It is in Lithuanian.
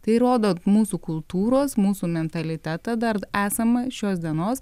tai rodo mūsų kultūros mūsų mentalitetą dar esamą šios dienos